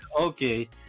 Okay